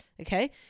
Okay